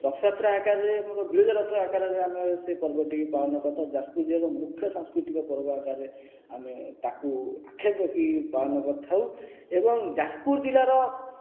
ରଥଯାତ୍ରା ଆକାର ରେ ଆମର ବିରଜା ରଥ ଆକାରରେ ଆମେ ସେଇ ପର୍ବଟିକୁ ପାଳନ କରିଥାଉ ଯାଜପୁର ଜିଲ୍ଲାର ମୁଖ୍ୟ ସାଂସ୍କୃତିକ ପର୍ବ ଆକାରରେ ଆମେ ତାକୁ ଆଖିରେ ରଖିକି ପାଳନ କରିଥାଉ ଏବଂ ଯାଜପୁର ଜିଲ୍ଲାର